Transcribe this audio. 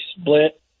split